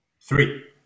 Three